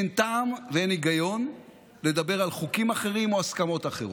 אין טעם ואין היגיון לדבר על חוקים אחרים או הסכמות אחרות,